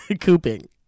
Cooping